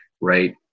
Right